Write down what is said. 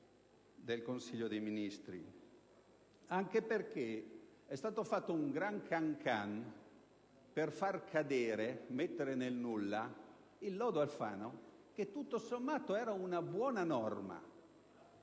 del Consiglio dei ministri. È stato fatto un gran can-can per far cadere e mettere nel nulla il lodo Alfano che, tutto sommato, era una buona norma